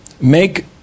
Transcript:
make